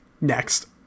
Next